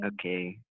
Okay